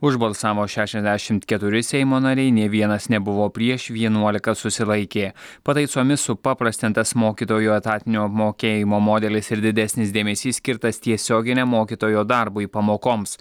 už balsavo šešiasdešimt keturi seimo nariai nė vienas nebuvo prieš vienuolika susilaikė pataisomis supaprastintas mokytojų etatinio apmokėjimo modelis ir didesnis dėmesys skirtas tiesioginiam mokytojo darbui pamokoms